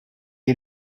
est